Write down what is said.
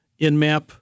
InMap